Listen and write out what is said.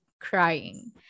crying